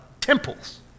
temples